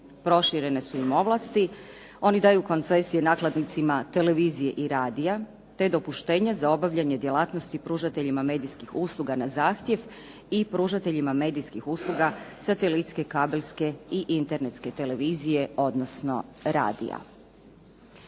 Proširene su im ovlasti, oni daju koncesije nakladnicima televizije i radija, te dopuštenje za obavljanje djelatnosti pružateljima medijskih usluga na zahtjev i pružateljima medijskih usluga satelitske, kabelske i internetske televizije odnosno radija.